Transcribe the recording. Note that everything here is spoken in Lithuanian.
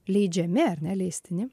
leidžiami ar ne leistini